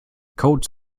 code